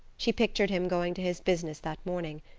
she pictured him going to his business that morning.